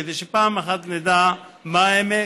כדי שפעם אחת נדע מה האמת